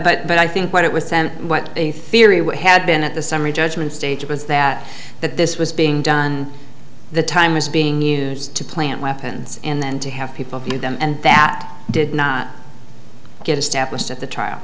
sure but i think what it was sent what a theory would had been at the summary judgment stage was that that this was being done the time was being used to plant weapons and to have people view them and that did not get established at the trial